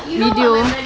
video